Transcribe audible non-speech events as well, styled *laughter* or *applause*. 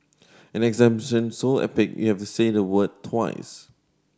an *unintelligible* so epic you have say the word twice